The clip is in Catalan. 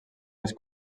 les